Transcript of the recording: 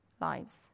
lives